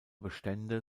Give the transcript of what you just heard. bestände